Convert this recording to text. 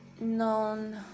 known